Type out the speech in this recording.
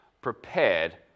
prepared